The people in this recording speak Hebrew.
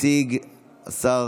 מציג שר